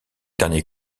derniers